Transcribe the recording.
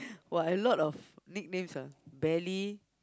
!wah! I a lot of nicknames ah belly